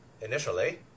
initially